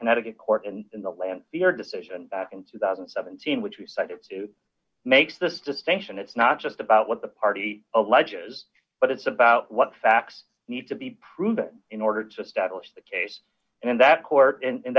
connecticut court in the land your decision in two thousand and seventeen which you cited to makes this distinction it's not just about what the party alleges but it's about what facts need to be proven in order to establish the case and that court in